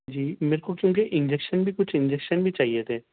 جی میرے کو کیونکہ انجکشن کچھ انجکشن بھی چاہیے تھے